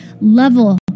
level